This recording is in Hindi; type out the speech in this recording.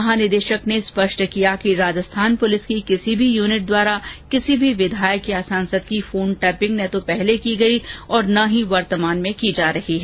महानिदेशक पुलिस ने यह स्पष्ट किया कि राजस्थान पुलिस की किसी भी यूनिट द्वारा किसी भी विधायक या सांसद की फोन टैपिंग ने तो पूर्व में की गई और न ही वर्तमान में की जा रही है